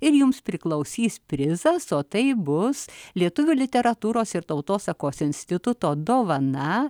ir jums priklausys prizas o tai bus lietuvių literatūros ir tautosakos instituto dovana